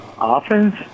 offense